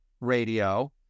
radio